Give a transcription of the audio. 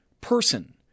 person